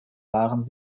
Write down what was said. waren